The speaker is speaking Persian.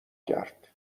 کرد